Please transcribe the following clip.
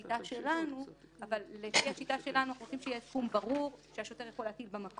למשל התייחסות לדפוסי חשיבה והתנהגות ולא תהיה מקובעת אך ורק למטרות